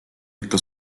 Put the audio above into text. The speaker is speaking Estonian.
ikka